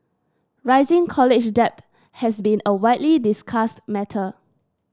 rising college debt has been a widely discussed matter